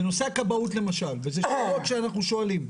בנושא הכבאות למשל, וזה שאלות שאנחנו שואלים.